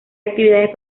actividades